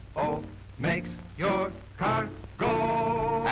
makes your car go.